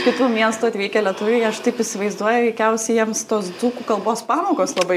kitų miestų atvykę lietuviai aš taip įsivaizduoju veikiausiai jiems tos dzūkų kalbos pamokos labai